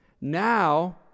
Now